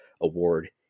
award